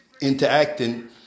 interacting